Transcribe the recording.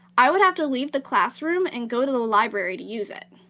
i would have to leave the classroom and go to the library to use it.